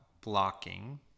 blocking